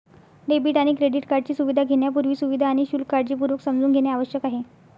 debit आणि credit कार्डची सुविधा घेण्यापूर्वी, सुविधा आणि शुल्क काळजीपूर्वक समजून घेणे आवश्यक आहे